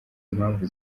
impamvu